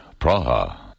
Praha